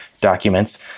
documents